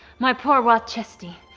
my poor rothchesty.